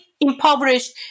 impoverished